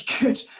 good